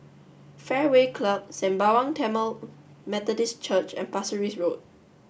Fairway Club Sembawang Tamil Methodist Church and Pasir Ris Road